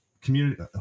community